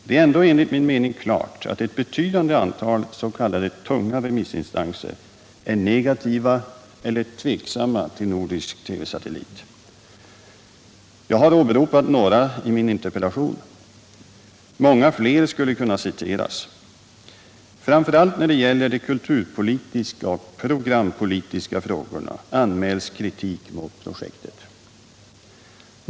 Det är ändå enligt min mening klart att ett betydande antal s.k. tunga remissinstanser är negativa eller tveksamma till nordisk TV-satellit. Jag har åberopat några i min interpellation. Många fler skulle kunna citeras. Framför allt när det gäller de kulturpolitiska och programpolitiska frågorna anmäls kritik mot projektet.